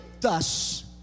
thus